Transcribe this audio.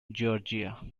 georgia